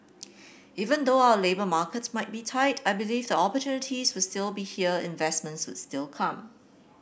even though our labour market might be tight I believe the opportunities would sill be here investments would still come